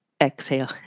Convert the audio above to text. Exhale